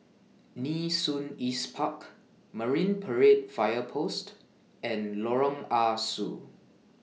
Nee Soon East Park Marine Parade Fire Post and Lorong Ah Soo